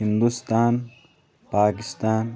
Hindustan Pakistan